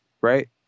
right